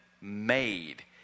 made